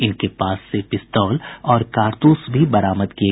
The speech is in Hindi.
इनके पास से पिस्तौल और कारतूस भी बरामद किये